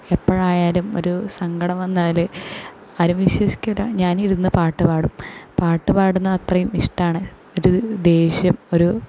എപ്പോഴായാലും ഒരു സങ്കടം വന്നാൽ ആരും വിശ്വസിക്കില്ല ഞാൻ ഇരുന്ന് പാട്ട് പാടും പാട്ട് പാടുന്നത് അത്രയും ഇഷ്ടമാണ് ഒരു ദേഷ്യം ഒരു